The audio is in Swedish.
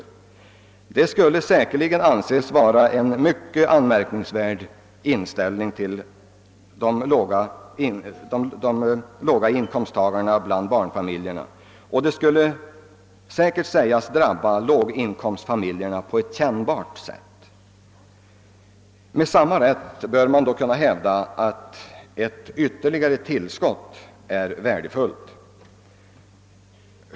Men detta skulle säkerli gen anses vara en mycket anmärkningsvärd inställning till barnfamiljer med låga inkomster. Säkerligen skulle det sägas något om att det på ett kännbart sätt skulle drabba dessa familjer. Då bör det med samma rätt kunna hävdas att ett ytterligare tillskott på 100 kr. är värdefullt.